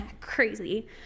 crazy